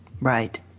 Right